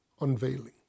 unveiling